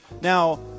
Now